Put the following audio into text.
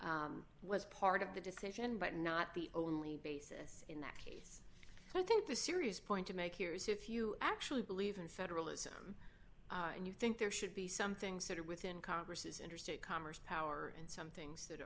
internet was part of the decision but not the only basis in that case i think the serious point to make here is if you actually believe in federalism and you think there should be some things that are within congress interstate commerce power and some things that